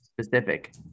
Specific